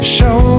show